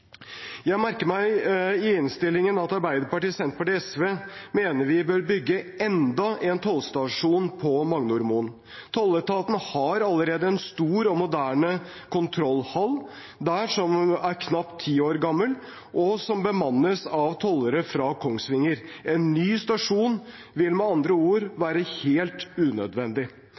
Jeg merker meg i innstillingen at Arbeiderpartiet, Senterpartiet og SV mener vi bør bygge enda en tollstasjon på Magnormoen. Tolletaten har allerede en stor og moderne kontrollhall der, som er knapt 10 år gammel, og som bemannes av tollere fra Kongsvinger. En ny stasjon vil med andre ord være helt unødvendig.